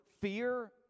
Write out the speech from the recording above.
fear